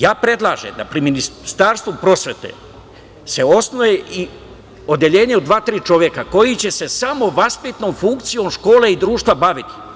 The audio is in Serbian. Ja predlažem da pri Ministarstvu prosvete se osnuje odeljenje od dva, tri čoveka koji će se samo vaspitnom funkcijom škole i društva baviti.